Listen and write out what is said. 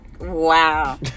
Wow